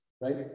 right